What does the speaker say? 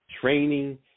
training